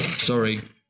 Sorry